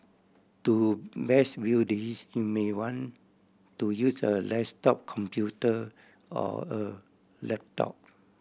to best view this you may want to use a desktop computer or a laptop